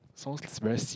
sounds very se~